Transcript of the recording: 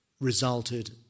resulted